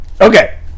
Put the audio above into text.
Okay